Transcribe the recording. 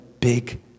big